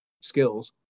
skills